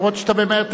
אומנם אתה ממהר,